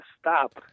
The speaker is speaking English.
stop